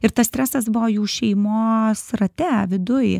ir tas stresas buvo jų šeimos rate viduj